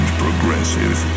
progressive